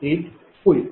4661668होईल